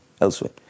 elsewhere